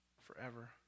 forever